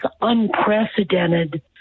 unprecedented